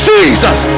Jesus